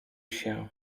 się